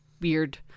weird